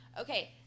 okay